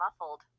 muffled